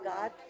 God